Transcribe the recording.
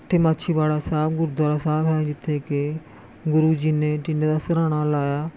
ਅਤੇ ਮਾਛੀਵਾੜਾ ਸਾਹਿਬ ਗੁਰਦੁਆਰਾ ਸਾਹਿਬ ਹੈ ਜਿੱਥੇ ਕਿ ਗੁਰੂ ਜੀ ਨੇ ਟਿਨੇ ਦਾ ਸਿਰ੍ਹਾਣਾ ਲਾਇਆ